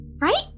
Right